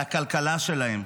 על הכלכלה שלהם,